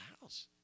house